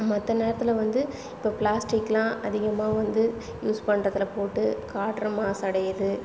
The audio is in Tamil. மற்ற நேரத்தில் வந்து இப்போ பிளாஸ்டிக்லாம் அதிகமாக வந்து யூஸ் பண்ணுறதுல போட்டு காற்று மாசடையுது